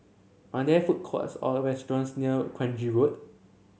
are there food courts or restaurants near Kranji Road